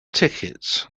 tickets